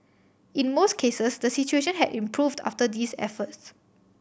in most cases the situation had improved after these efforts